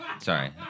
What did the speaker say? Sorry